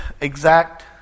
exact